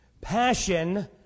Passion